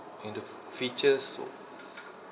and the features